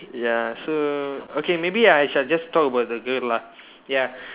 ya so okay maybe I shall just talk about the girl lah ya